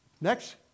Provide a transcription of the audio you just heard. Next